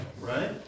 right